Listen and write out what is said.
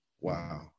Wow